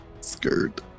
Skirt